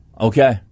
okay